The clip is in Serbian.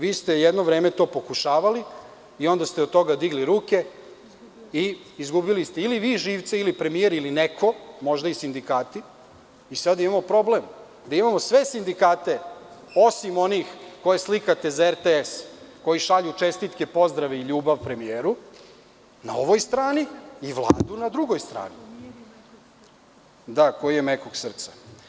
Vi ste jedno vreme to pokušavali i onda ste od toga digli ruke i izgubili ste ili vi živce ili premijer ili neko, možda i sindikati i sada imamo problem, gde imamo sve sindikate, osim onih koje slikate za RTS, koji šalju čestitke, pozdrave i ljubav premijeru na ovoj strani i Vladu na drugoj strani, da, koji je mekog srca.